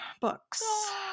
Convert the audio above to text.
books